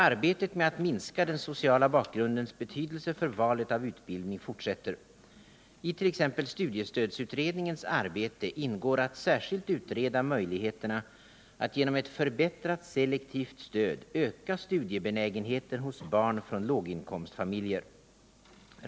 Arbetet med att minska den sociala bakgrundens betydelse för valet av utbildning fortsätter. I t.ex. studiestödsutredningens arbete ingår att särskilt utreda möjligheterna att genom ett förbättrat selektivt stöd öka studiebenägenheten hos barn från låginkomstfamiljer.